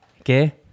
Okay